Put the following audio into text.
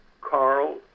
Carl